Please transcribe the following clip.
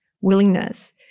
willingness